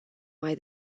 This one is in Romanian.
mai